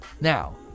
Now